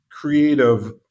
creative